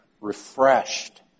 refreshed